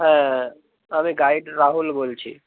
হ্যাঁ আমি গাইড রাহুল বলছি